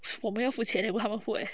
我们要付钱 eh 为他们付 eh